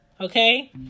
Okay